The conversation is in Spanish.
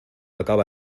acaba